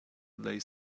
lay